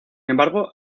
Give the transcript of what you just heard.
embargo